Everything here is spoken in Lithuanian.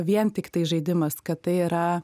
vien tiktai žaidimas kad tai yra